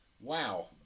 wow